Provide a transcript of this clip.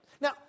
Now